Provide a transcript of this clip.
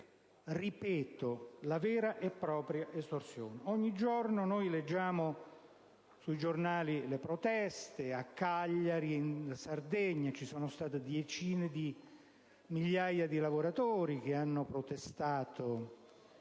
(ripeto, la vera e propria estorsione). Ogni giorno leggiamo sui giornali di proteste. A Cagliari, in Sardegna, decine di migliaia di lavoratori hanno protestato